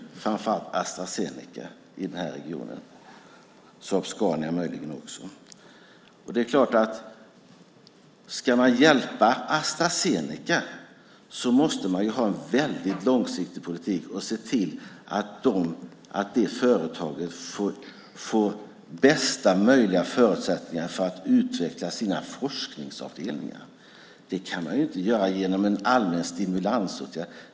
I regionen är det framför allt Astra Zeneca och möjligen också Saab Scania. Ska man hjälpa Astra Zeneca måste man ha en väldigt långsiktig politik. Man måste se till att det företaget får bästa möjliga förutsättningar för att utveckla sina forskningsavdelningar. Det kan man inte göra genom en allmän stimulansåtgärd.